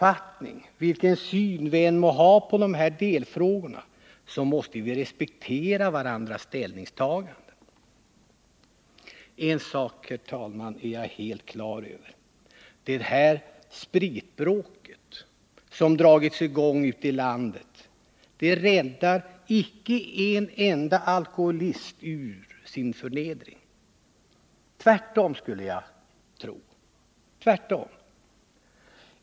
Men vilken syn vi än må ha på dessa delfrågor måste vi respektera varandras ställningstaganden. En sak är jag, herr talman, helt på det klara med: Det ”spritbråk” som har dragits i gång ute i landet räddar icke en enda alkoholist ur förnedringen — tvärtom, skulle jag tro.